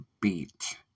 beat